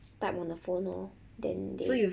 type [one] the phone lor then they